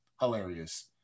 Hilarious